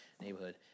neighborhood